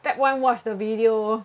step one watch the video